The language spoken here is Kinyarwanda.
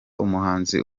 umuhanzi